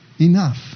enough